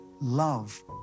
Love